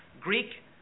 Greek